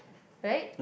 right